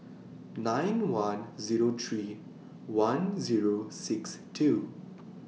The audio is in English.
nine one Zero three one Zero six two